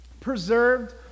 preserved